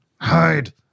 Hide